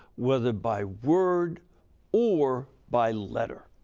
whether by word or by letter.